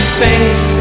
faith